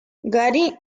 gary